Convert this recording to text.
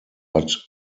but